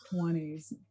20s